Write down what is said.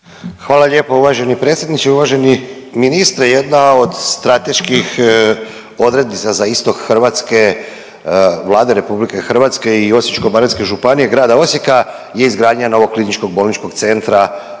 Hvala lijepa uvaženi predsjedniče. Uvaženi ministre jedna od strateških odrednica za istok Hrvatske, Vlade RH i Osječko-baranjske županije Grada Osijeka je izgradnja novog kliničkog bolničkog centra